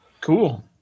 Cool